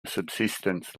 subsistence